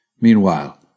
Meanwhile